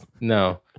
No